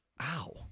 ow